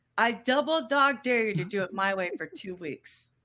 i double dog dare you to do it my way for two weeks.